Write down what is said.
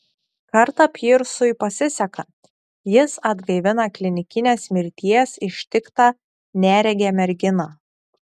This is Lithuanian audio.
kartą pyrsui pasiseka jis atgaivina klinikinės mirties ištiktą neregę merginą